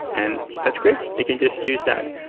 and that's great. they can just use that.